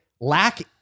lack